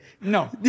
No